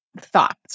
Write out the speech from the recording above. thoughts